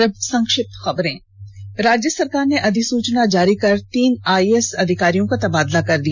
और अब संक्षिप्त खबरें राज्य सरकार ने अधिसुचना जारी कर तीन आईएएस अधिकारियों का तबादला कर दिया